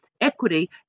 equity